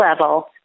level